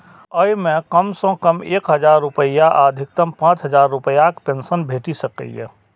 अय मे कम सं कम एक हजार रुपैया आ अधिकतम पांच हजार रुपैयाक पेंशन भेटि सकैए